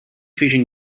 vision